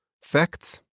Facts